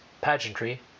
pageantry